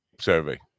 survey